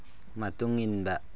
ꯃꯇꯨꯡ ꯏꯟꯕ